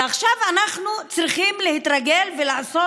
ועכשיו אנחנו צריכים להתרגל ולעשות